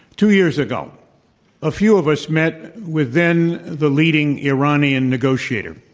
two years ago a few of us met with then the leading iranian negotiator.